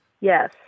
Yes